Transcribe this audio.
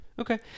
okay